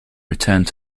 returned